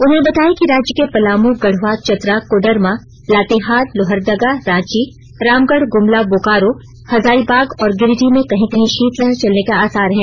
उन्होंने बताया कि राज्य के पलामू गढ़वा चतरा कोडरमा लातेहार लोहरदगा रांची रामगढ ग्मला बोकारो हजारीबाग और गिरिडीह में कहीं कहीं शीतलहर चलने के आसार हैं